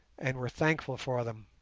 and were thankful for them.